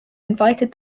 invited